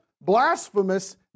blasphemous